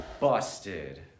Busted